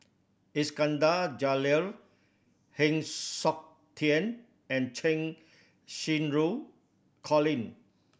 Iskandar Jalil Heng Siok Tian and Cheng Xinru Colin